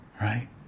right